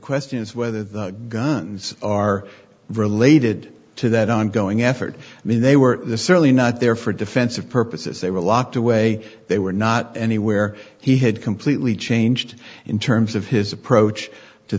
question is whether the guns are related to that ongoing effort i mean they were certainly not there for defensive purposes they were locked away they were not anywhere he had completely changed in terms of his approach to